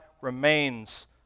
remains